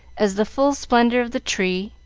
as the full splendor of the tree,